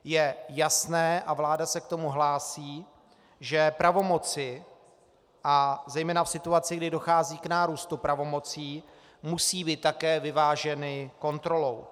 Je jasné a vláda se k tomu hlásí že pravomoci a zejména v situaci, kdy dochází k nárůstu pravomocí, musí být také vyváženy kontrolou.